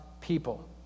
people